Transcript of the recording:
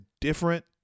different